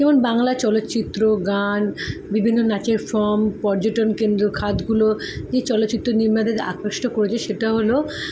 যেমন বাংলা চলচ্চিত্র গান বিভিন্ন নাচের ফর্ম পর্যটন কেন্দ্র খাতগুলো যে চলচ্চিত্র নির্মাণের আকৃষ্ট করেছে সেটা হল